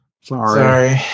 Sorry